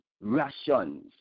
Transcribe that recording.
rations